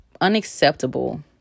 unacceptable